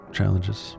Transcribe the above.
challenges